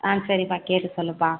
ஆ சரிப்பா கேட்டு சொல்லுப்பா